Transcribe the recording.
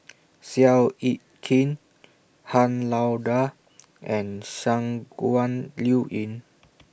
Seow Yit Kin Han Lao DA and Shangguan Liuyun